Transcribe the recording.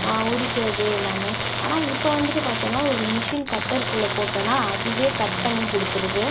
உரிக்கிறது எல்லாமே ஆனால் இப்போ வந்துட்டு பார்த்தோம்னா ஒரு மிஷின் கட்டர்குள்ள போட்டோம்னா அதுவே கட் பண்ணி கொடுத்துடுது